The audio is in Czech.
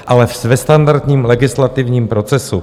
Ale ve standardním legislativním procesu.